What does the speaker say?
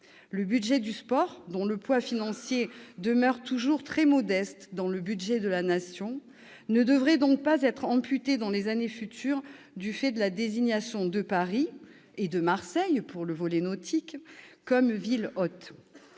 Le budget du sport, dont le poids financier demeure toujours très modeste dans le budget de la Nation, ne devrait donc pas être amputé dans les années futures du fait de la désignation de Paris et de Marseille, pour le volet nautique, comme villes hôtes.